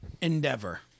Endeavor